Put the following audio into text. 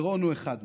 ורון הוא אחד מהם,